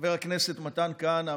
חבר הכנסת מתן כהנא,